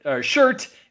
shirt